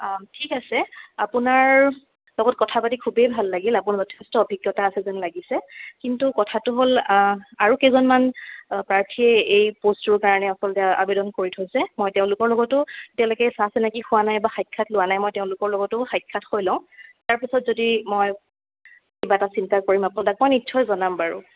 অঁ ঠিক আছে আপোনাৰ লগত কথা পাতি খুবেই ভাল লাগিল আপোনাৰ যথেষ্ট অভিজ্ঞতা আছে যেন লাগিছে কিন্তু কথাটো হ'ল আৰু কেইজনমান প্ৰাৰ্থীয়ে এই পোষ্টটোৰ কাৰণে আচলতে আবেদন কৰি থৈছে মই তেওঁলোকৰ লগতো তেওঁলোকে চা চিনাকি হোৱা নাই বা সাক্ষাৎ লোৱা নাই মই তেওঁলোকৰ লগতো সাক্ষাৎ হৈ লওঁ তাৰপিছত যদি মই কিবা এটা চিন্তা কৰিম আপোনাক মই নিশ্চয় জনাম বাৰু